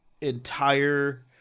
entire